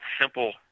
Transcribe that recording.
simple